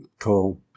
cool